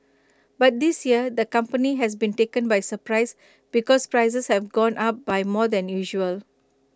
but this year the company has been taken by surprise because prices have gone up by more than usual